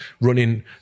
running